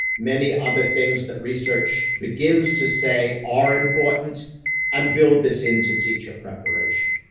many other things that research begins to say are important and build this into teacher preparation.